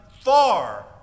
far